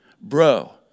bro